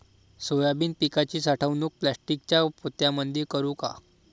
Soybean पिकाची साठवणूक प्लास्टिकच्या पोत्यामंदी करू का?